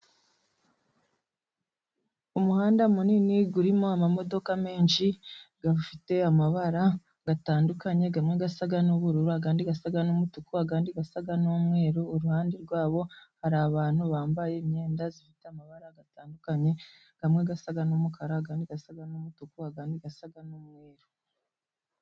Umuhanda munini urimo amamodoka menshi, afite amabara atandukanye amwe asa n'ubururu, andi asa n'umutuku, andi asa n'umweru, uruhande rwabo hari abantu bambaye imyenda ifite amabara atandukanye, amwe asa n'umukara, andi asa n'umutuku, andi asa n'umweruru.